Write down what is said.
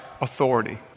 authority